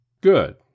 Good